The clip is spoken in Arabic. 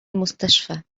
المستشفى